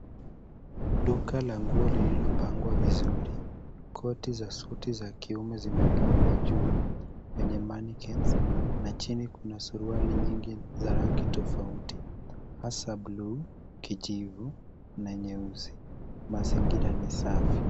Duka la nguo lililopangwa vizuri. Koti za suti za kiume zimepangwa juu kwenye mannequin na chini kuna suruali nyingi za rangi tofauti, hasa blue , kijivu na nyeusi. Mazingira ni safi.